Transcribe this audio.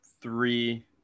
three